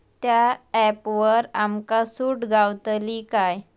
त्या ऍपवर आमका सूट गावतली काय?